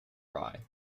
rye